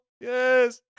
Yes